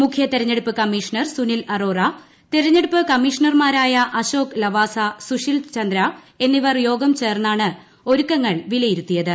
മൂപ്പൂ തെരഞ്ഞെടുപ്പ് കമ്മീഷണർ സുനിൽ അറോറ തെരഞ്ഞെടുപ്പ് ക്രമ്മീഷ്ണർമാരായ അശോക് ലവാസ സുശീൽ ചന്ദ്ര എന്നിവർ യോഗം ചേർന്നാണ് ഒരുക്കങ്ങൾ വിലയിരുത്തിയത്